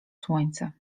słońce